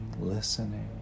listening